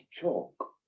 chalk